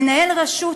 מנהל רשות,